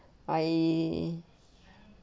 I